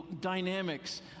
dynamics